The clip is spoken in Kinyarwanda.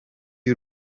y’u